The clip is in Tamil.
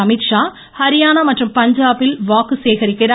அமீத்ஷா ஹரியானா மற்றும் பஞ்சாபில் வாக்கு சேகரிக்கிறார்